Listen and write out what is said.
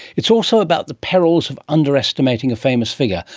it's also about the perils of underestimating a famous figure.